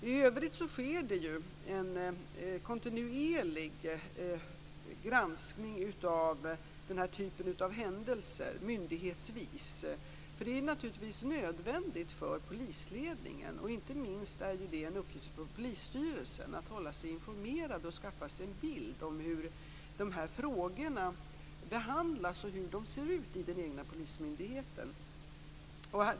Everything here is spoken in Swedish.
I övrigt sker det myndighetsvis en kontinuerlig granskning av den här typen av händelser. Det är naturligtvis nödvändigt för polisledningen. Inte minst är det en uppgift för polisstyrelsen att hålla sig informerad om och skaffa sig en bild av hur dessa frågor behandlas i respektive polismyndighet.